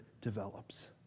develops